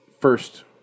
first